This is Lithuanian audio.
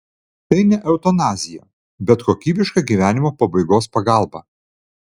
tai ne eutanazija bet kokybiška gyvenimo pabaigos pagalba